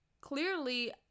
clearly